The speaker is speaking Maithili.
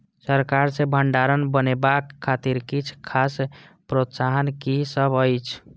सरकार सँ भण्डार बनेवाक खातिर किछ खास प्रोत्साहन कि सब अइछ?